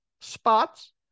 spots